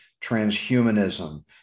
transhumanism